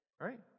right